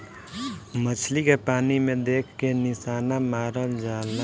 मछली के पानी में देख के निशाना मारल जाला